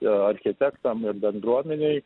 ir architektam ir bendruomenei